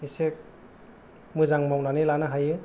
एसे मोजां मावनानै लानो हायो